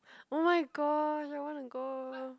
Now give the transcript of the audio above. oh-my-gosh I wanna go